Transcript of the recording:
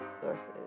sources